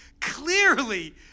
Clearly